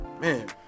Man